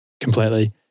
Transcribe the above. completely